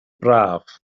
braf